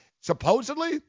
supposedly